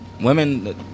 Women